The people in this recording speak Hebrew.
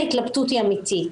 ההתלבטות היא אמתית.